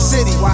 City